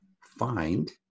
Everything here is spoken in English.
find